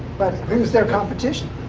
but who's their competition?